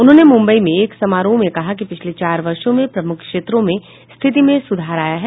उन्होंने मुंबई में एक समारोह में कहा कि पिछले चार वर्षो में प्रमुख क्षेत्रों में स्थिति में सुधार आया है